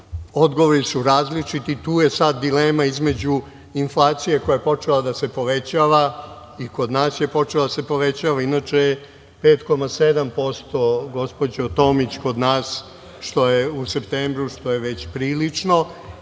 Odgovori su različiti. Tu je sada dilema između inflacije koja je počela da se povećava, i kod nas je počela da se povećava. Inače je 5,7%, gospođo Tomić, kod nas, što je u septembru, što je već prilično.